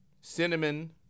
cinnamon